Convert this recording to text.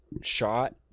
shot